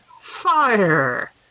Fire